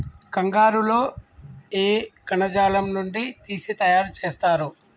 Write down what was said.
కంగారు లో ఏ కణజాలం నుండి తీసి తయారు చేస్తారు?